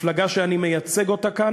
המפלגה שאני מייצג כאן,